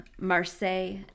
Marseille